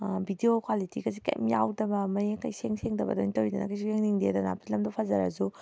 video ꯀ꯭ꯋꯥꯂꯤꯇꯤꯒꯁꯦ ꯀꯩꯏꯝ ꯌꯥꯎꯗꯕ ꯃꯌꯦꯛꯀ ꯏꯁꯦꯡ ꯁꯦꯡꯗꯕ ꯑꯗꯨꯃꯥꯏꯅ ꯇꯧꯋꯤꯗꯅ ꯀꯩꯁꯨ ꯌꯦꯡꯅꯤꯡꯗꯦꯗꯅ ꯐꯤꯂꯝꯗꯨ ꯐꯖꯔꯁꯨ